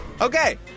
Okay